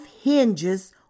hinges